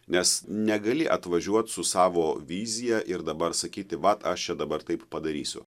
nes negali atvažiuot su savo vizija ir dabar sakyti vat aš čia dabar taip padarysiu